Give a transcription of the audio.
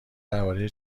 درباره